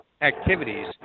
activities